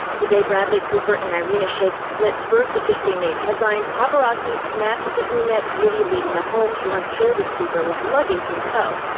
the day bradley cooper and irina shayk's split first officially made headlines, paparazzi snapped the brunette beauty leaving the home she once shared with cooper with luggage in tow.